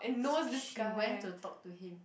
so she went to talk to him